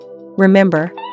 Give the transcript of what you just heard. Remember